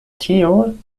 tiu